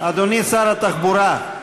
אדוני שר התחבורה,